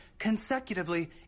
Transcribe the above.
consecutively